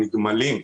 נגמלים.